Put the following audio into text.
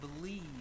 believe